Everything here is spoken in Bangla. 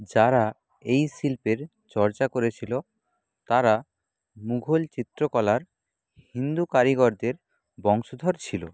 যারা এই শিল্পের চর্চা করেছিল তারা মুঘল চিত্রকলার হিন্দু কারিগরদের বংশধর ছিল